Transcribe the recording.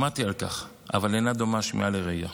שמעתי על כך, אבל אינה דומה שמיעה לראייה.